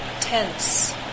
tense